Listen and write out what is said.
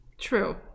true